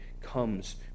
comes